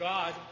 God